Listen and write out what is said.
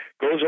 goes